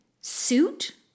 suit